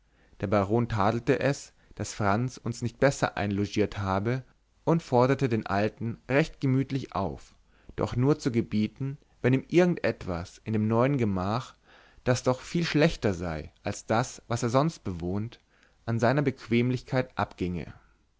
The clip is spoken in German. der baron tadelte es daß franz uns nicht besser einlogiert habe und forderte den alten recht gemütlich auf doch nur zu gebieten wenn ihm irgend etwas in dem neuen gemach das doch viel schlechter sei als das was er sonst bewohnt an seiner bequemlichkeit abginge